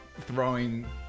throwing